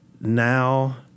now